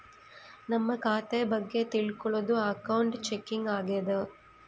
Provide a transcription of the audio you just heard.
ನಮ್ ಖಾತೆ ಬಗ್ಗೆ ತಿಲ್ಕೊಳೋದು ಅಕೌಂಟ್ ಚೆಕಿಂಗ್ ಆಗ್ಯಾದ